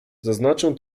zaznaczę